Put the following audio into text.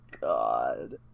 God